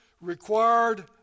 required